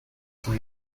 von